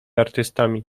artystami